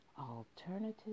alternative